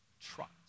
trust